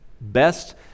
best